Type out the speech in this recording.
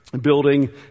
building